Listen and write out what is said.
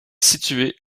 située